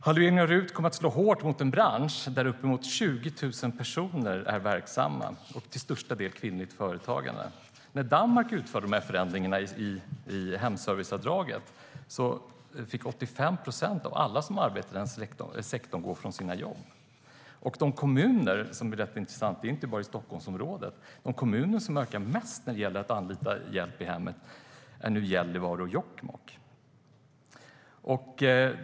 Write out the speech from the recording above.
Halveringen av RUT kommer att slå hårt mot en bransch där uppemot 20 000 personer är verksamma och mot till största delen kvinnligt företagande. När Danmark utförde förändringar i hemserviceavdraget fick 85 procent av alla som arbetade i sektorn gå från sina jobb. De kommuner som ökar mest när det gäller att anlita hjälp i hemmet - det är rätt intressant; det är inte bara i Stockholmsområdet - är nu Gällivare och Jokkmokk.